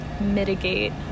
mitigate